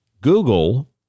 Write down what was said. Google